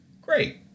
Great